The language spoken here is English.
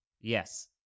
Yes